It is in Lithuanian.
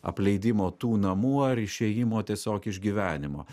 apleidimo tų namų ar išėjimo tiesiog iš gyvenimo